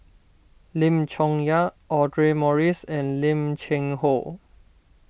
Lim Chong Yah Audra Morrice and Lim Cheng Hoe